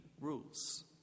rules